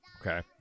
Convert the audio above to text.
Okay